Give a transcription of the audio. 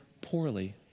poorly